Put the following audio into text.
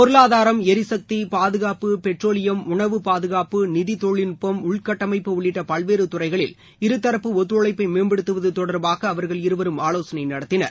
பொருளாதாரம் எரிசக்தி பாதுகாப்டு பெட்ரோலியம் உணவுப்பாதுகாப்பு நிதி தொழில்நுட்பம் உள்கட்டமைப்பு உள்ளிட்ட பல்வேறு துறைகளில் இருதரப்பு ஒத்துழைப்பு மேம்படுத்துவது தொடர்பாக அவர்கள் இருவரும் ஆலோசனை நடத்தினர்